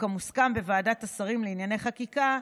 וכמוסכם בוועדת השרים לענייני חקיקה,